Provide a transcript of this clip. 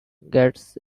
gets